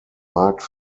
markt